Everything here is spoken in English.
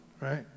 right